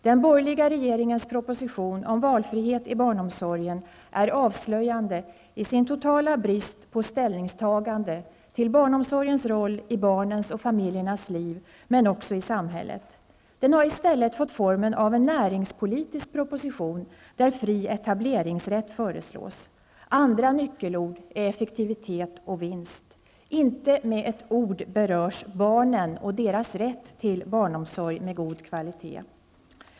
Den borgerliga regeringens proposition om valfrihet i barnomsorgen är avslöjande i sin totala brist på ställningstagande till barnomsorgens roll i barnens och familjernas liv, men också i samhället. Den har i stället fått formen av en näringspolitisk proposition där fri etableringsrätt föreslås. Andra nyckelord är effektivitet och vinst. Inte med ett ord berörs barnen och deras rätt till barnomsorg med god kvalitet.